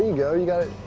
go, you got it.